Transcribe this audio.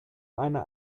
eine